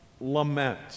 lament